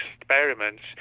experiments